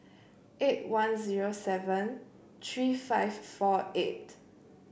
eight one zero seven three five four eight